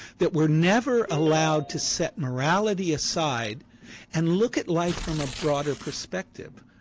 that we're never allowed to set morality aside and look at life from a broader perspective.